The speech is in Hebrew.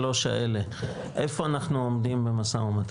ה-23 האלה איפה אנחנו עומדים במו"מ?